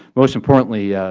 most importantly,